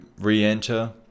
re-enter